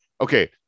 okay